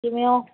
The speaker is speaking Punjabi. ਕਿਵੇਂ ਹੋ